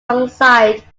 alongside